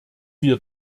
wir